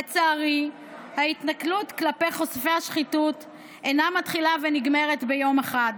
לצערי ההתנכלות כלפי חושפי השחיתות אינה מתחילה ונגמרת ביום אחד.